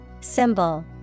Symbol